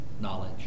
knowledge